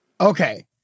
Okay